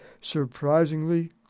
surprisingly